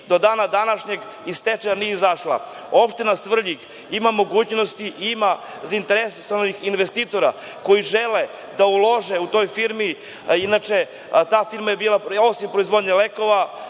do dana današnjeg iz stečaja nije izašla. Opština Svrljig ima mogućnosti i ima zainteresovanih investitora koji žele da ulože u tu firmu. Inače, ta firma je, osim proizvodnje lekova,